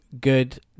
good